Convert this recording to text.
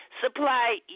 Supply